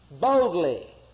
boldly